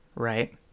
right